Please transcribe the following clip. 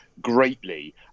greatly